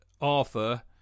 Arthur